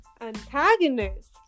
antagonist